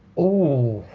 ooh!